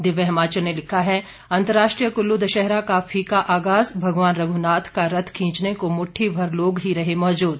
दिव्य हिमाचल ने लिखा है अंतर्राष्ट्रीय कुल्लू दशहरा का फीका आगाज़ भगवान रघुनाथ का रथ खींचने को मुट्ठी भर लोग ही रहे मौजूद